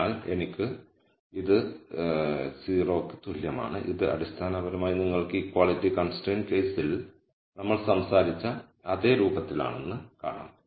അതിനാൽ എനിക്ക് ഇത് 0 ന് തുല്യമാണ് ഇത് അടിസ്ഥാനപരമായി നിങ്ങൾക്ക് ഇക്വാളിറ്റി കൺസ്ട്രയിന്റ് കേസിൽ നമ്മൾ സംസാരിച്ച അതേ രൂപത്തിലാണെന്ന് കാണാം